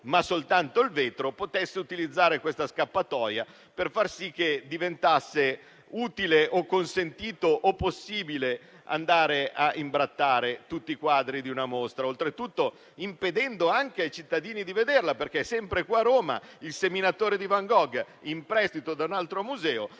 ma soltanto il vetro e potesse utilizzare questa scappatoia per far sì che diventasse utile, consentito o possibile andare a imbrattare tutti i quadri di una mostra, oltretutto impedendo anche ai cittadini di vederla. Sempre qui a Roma, «Il seminatore» di Van Gogh, in prestito da un altro museo,